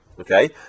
Okay